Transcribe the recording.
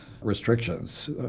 restrictions